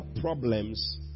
problems